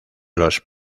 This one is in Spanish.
los